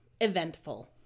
eventful